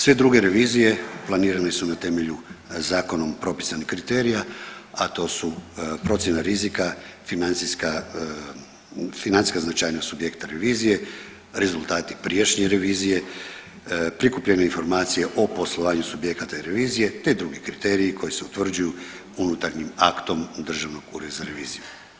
Sve druge revizije planirane su na temelju zakonom propisanih kriterija, a to su procjena rizika, financijska značajna subjekta revizije, rezultati prijašnje revizije, prikupljene informacije o poslovanju subjekata i revizije te drugi kriteriji koji se utvrđuju unutarnjim aktom u Državnom uredu za reviziju.